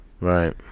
right